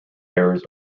errors